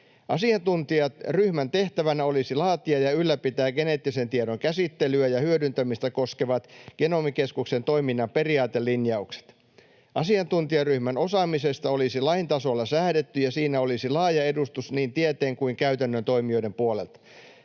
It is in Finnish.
Asiantuntijaryhmän tehtävänä olisi laatia ja ylläpitää geneettisen tiedon käsittelyä ja hyödyntämistä koskevat Genomikeskuksen toiminnan periaatelinjaukset. Asiantuntijaryhmän osaamisesta olisi lain tasolla säädetty, ja siinä olisi laaja edustus niin tieteen kuin käytännön toimijoiden puolelta.